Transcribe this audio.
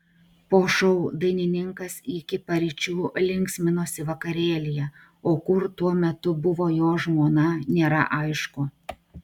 po šou dainininkas iki paryčių linksminosi vakarėlyje o kur tuo metu buvo jo žmona nėra aišku